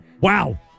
Wow